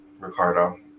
Ricardo